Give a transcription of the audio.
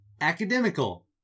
Academical